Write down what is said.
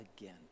again